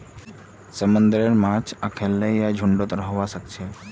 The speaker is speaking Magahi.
समुंदरेर माछ अखल्लै या झुंडत रहबा सखछेक